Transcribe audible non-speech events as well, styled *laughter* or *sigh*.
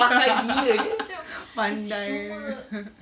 *laughs* pandainya